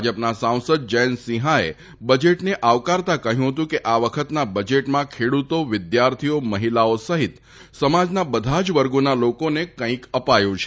ભાજપના સાંસદ જયંત સિંહાએ બજેટને આવકારતા કહ્યું હતું કે આ વખતના બજેટમાં ખેડૂતો વિદ્યાર્થીઓ મહિલાઓ સહિત સમાજના બધા જ વર્ગોના લોકોને કંઈક અપાયું છે